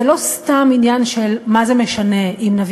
זה לא סתם עניין של מה זה משנה אם נביא